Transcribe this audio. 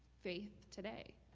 faith today?